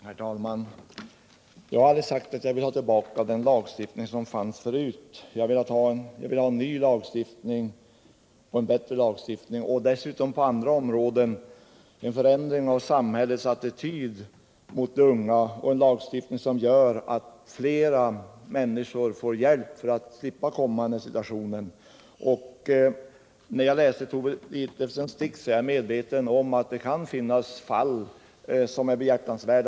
Herr talman! Jag har aldrig sagt att jag vill ha tillbaka den lagstiftning som fanns tidigare. Jag vill ha en ny lagstiftning och en bättre lagstiftning, och på andra områden vill jag ha en förändring i samhällets attityd mot de unga och en lagstiftning som gör att flera människor får hjälp för att slippa komma i denna situation. Beträffande Tove Ditlevsens dikt är jag medveten om att det kan finnas fall som är behjärtansvärda.